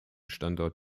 standort